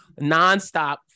nonstop